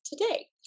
today